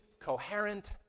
coherent